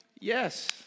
Yes